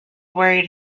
worried